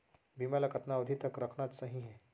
बीमा ल कतना अवधि तक रखना सही हे?